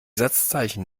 satzzeichen